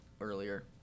earlier